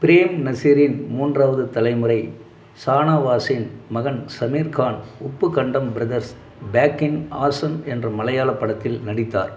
frame நசீரின் மூன்றாவது தலைமுறை ஷானவாஸின் மகன் Shameer Khan Uppukandam brothers back in action என்ற மலையாள படத்தில் நடித்தார்